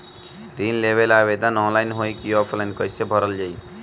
ऋण लेवेला आवेदन ऑनलाइन होई की ऑफलाइन कइसे भरल जाई?